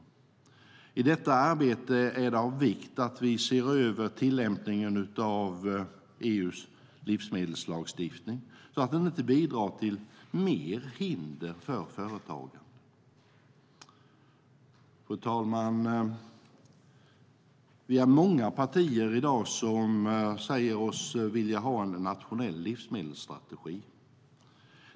I detta arbete är det av vikt att vi ser över tillämpningen av EU:s livsmedelslagstiftning så att den inte bidrar till mer hinder för företagande. Fru talman! Vi är många partier i dag som säger oss vilja ha en nationell livsmedelsstrategi.